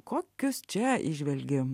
kokius čia įžvelgi